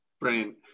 Brilliant